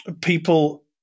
people